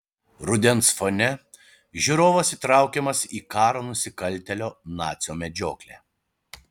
rudens fone žiūrovas įtraukiamas į karo nusikaltėlio nacio medžioklę